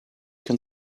can